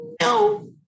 No